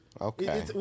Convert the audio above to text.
okay